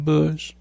Bush